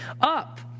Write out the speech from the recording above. Up